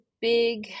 big